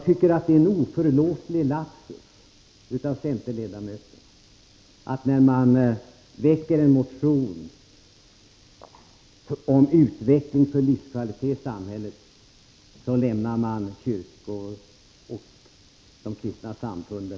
Det är en oförlåtlig lapsus av centerledamöterna som väcker en motion om utveckling för livskvalitet i samhället och icke nämner kyrkorna och de kristna samfunden.